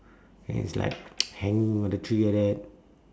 and it's like hanging on the tree like that